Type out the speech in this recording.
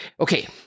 okay